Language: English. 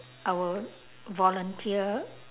I would volunteer